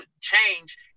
change